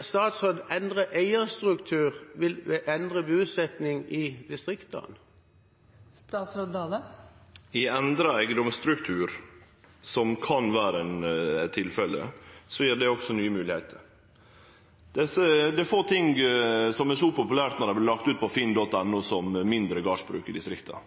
statsråden endret eierstruktur vil endre bosettingen i distriktene? Endra eigedomsstruktur, som kan vere tilfellet, gjev også nye moglegheiter. Det er få ting som er så populære når dei vert lagde ut på finn.no, som mindre gardsbruk i distrikta.